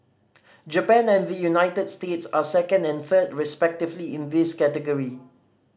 Japan and the United States are second and third respectively in this category